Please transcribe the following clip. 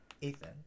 Ethan